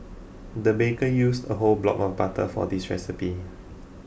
the baker used a whole block of butter for this recipe